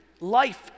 Life